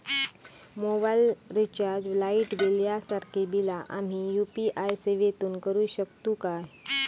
Mobile recharge, light bill यांसारखी बिला आम्ही यू.पी.आय सेवेतून करू शकतू काय?